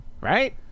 Right